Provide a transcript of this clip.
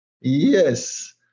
Yes